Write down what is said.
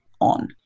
on